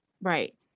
Right